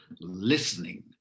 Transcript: listening